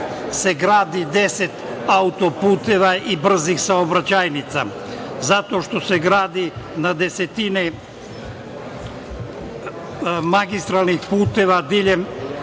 gradi 10 auto-puteva i brzih saobraćajnica, zato što se gradi na desetine magistralnih puteva diljem